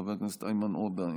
חבר הכנסת איימן עודה,